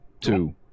Two